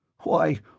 Why